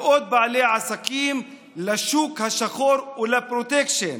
עוד בעלי עסקים לשוק השחור ולפרוטקשן,